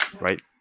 right